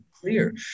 clear